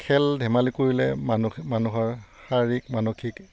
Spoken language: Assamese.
খেল ধেমালি কৰিলে মানস মানুহৰ শাৰীৰিক মানসিক